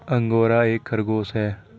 angora एक खरगोश है